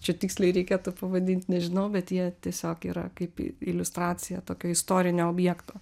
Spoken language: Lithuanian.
čia tiksliai reikėtų pavadint nežinau bet jie tiesiog yra kaip iliustracija tokio istorinio objekto